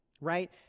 right